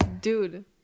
Dude